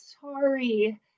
sorry